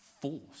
force